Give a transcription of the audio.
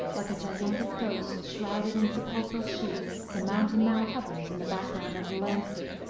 like a gigantic ghost shrouded in sepulchral sheets, the mountain now hovers in the background of the landscape,